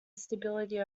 stability